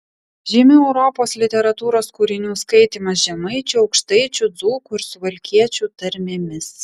žymių europos literatūros kūrinių skaitymas žemaičių aukštaičių dzūkų ir suvalkiečių tarmėmis